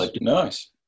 Nice